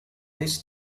this